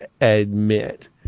admit